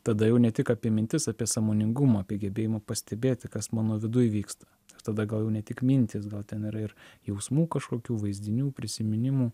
tada jau ne tik apie mintis apie sąmoningumą apie gebėjimą pastebėti kas mano viduj įvyksta tada gal jau ne tik mintys gal ten yra ir jausmų kažkokių vaizdinių prisiminimų